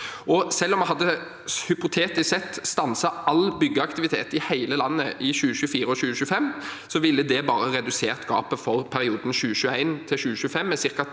Selv om vi hypotetisk sett hadde stanset all byggeaktivitet i hele landet i 2024 og 2025, ville det bare redusert gapet for perioden 2021–2025 med ca.